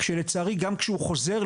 כשלצערי גם כשהוא חוזר,